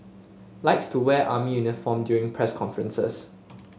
likes to wear army uniform during press conferences